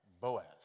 Boaz